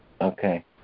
Okay